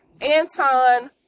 anton